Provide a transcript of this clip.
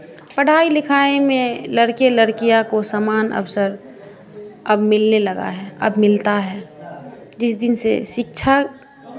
पढ़ाई लिखाई में लड़के लड़कियां को समान अवसर अब मिलने लगा है अब मिलता है जिस दिन से शिक्षा